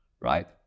Right